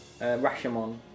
Rashomon